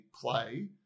Play